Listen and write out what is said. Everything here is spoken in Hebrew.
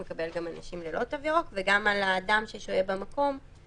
גם ליישומיות של זה והכדאיות הכלכלית של